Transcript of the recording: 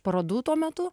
parodų tuo metu